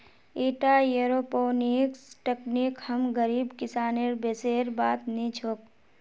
ईटा एयरोपोनिक्स तकनीक हम गरीब किसानेर बसेर बात नी छोक